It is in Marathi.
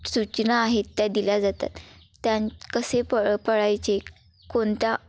सूचना आहेत त्या दिल्या जातात त्यां कसे प पळायचे कोणत्या